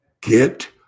Get